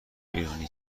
ایرانی